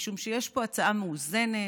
משום שיש פה הצעה מאוזנת.